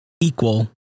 equal